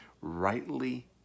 Rightly